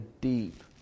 deep